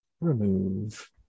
remove